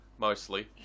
Mostly